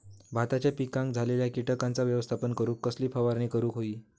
भाताच्या पिकांक झालेल्या किटकांचा व्यवस्थापन करूक कसली फवारणी करूक होई?